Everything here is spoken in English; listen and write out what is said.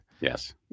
Yes